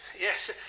Yes